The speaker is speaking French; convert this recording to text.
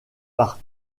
par